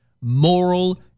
moral